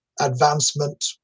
advancement